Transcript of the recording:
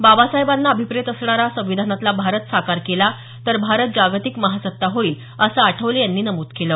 बाबासाहेबांना अभिप्रेत असणारा संविधानातला भारत साकार केला तर भारत जागतिक महासत्ता होईल असं आठवले यांनी नमूद केलं